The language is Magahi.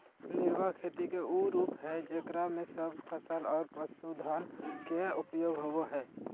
निर्वाह खेती के उ रूप हइ जेकरा में सब फसल और पशुधन के उपयोग होबा हइ